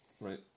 Right